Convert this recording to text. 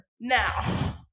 Now